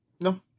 no